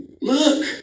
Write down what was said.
look